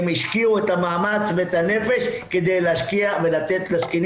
הן השקיעו את המאמץ והנפש כדי להשקיע ולתת לקשישים